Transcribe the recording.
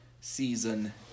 season